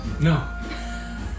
No